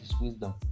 wisdom